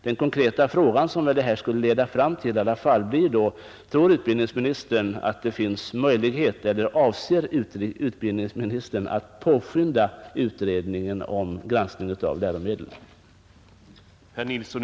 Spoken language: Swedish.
Den konkreta fråga som detta skulle leda fram till blir då i alla fall: Avser utbildningsministern att påskynda utredningen om granskning av läromedlen?